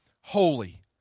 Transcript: holy